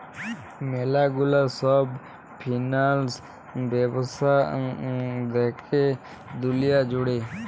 ম্যালা গুলা সব ফিন্যান্স ব্যবস্থা দ্যাখে দুলিয়া জুড়ে